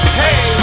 hey